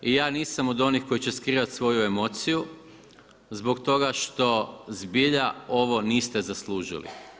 Ja nisam od onih koji će skrivat svoju emociju zbog toga što zbilja ovo niste zaslužili.